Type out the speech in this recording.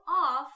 off